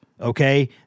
okay